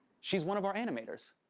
she's one of our animators.